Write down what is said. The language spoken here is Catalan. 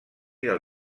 del